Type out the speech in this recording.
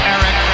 Eric